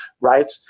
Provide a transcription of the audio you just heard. right